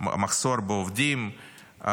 מחסור בעובדים,